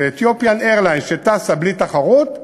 ו"אתיופיאן איירליינס", שטסה בלי תחרות,